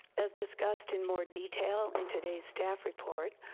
as discussed in more detail in today's staff report,